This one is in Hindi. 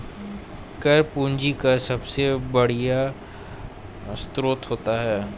कर पूंजी का सबसे बढ़िया स्रोत होता है